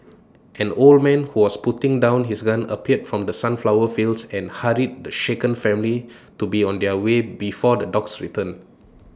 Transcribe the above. an old man who was putting down his gun appeared from the sunflower fields and hurried the shaken family to be on their way before the dogs return